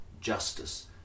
justice